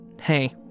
hey